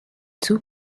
two